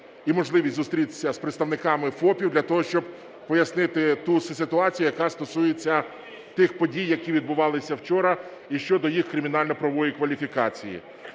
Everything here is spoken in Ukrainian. і можливість зустрітися з представниками ФОПів для того, щоб пояснити ту ситуацію, яка стосується тих подій, які відбувалися вчора, і щодо їх кримінально-правової кваліфікації.